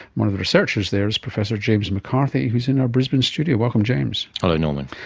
one of the researchers there is professor james mccarthy who's in our brisbane studio. welcome james. hello norman.